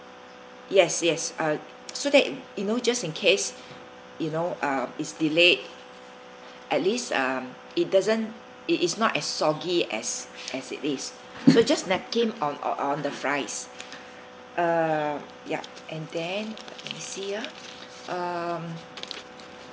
yes yes uh so that you know just in case you know uh is delayed at least um it doesn't it it is not as soggy as as it is so just napkin on on on the fries uh ya and then I see ah um